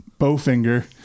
Bowfinger